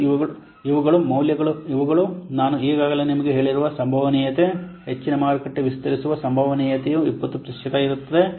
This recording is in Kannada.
ಮತ್ತು ಇವುಗಳು ಮೌಲ್ಯಗಳು ಇವುಗಳು ನಾನು ಈಗಾಗಲೇ ನಿಮಗೆ ಹೇಳಿರುವ ಸಂಭವನೀಯತೆ ಹೆಚ್ಚಿನ ಮಾರುಕಟ್ಟೆ ವಿಸ್ತರಿಸುವ ಸಂಭವನೀಯತೆಯು 20 ಪ್ರತಿಶತ ಇದೆ